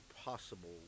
possible